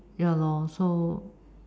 ya lor so